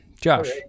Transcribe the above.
Josh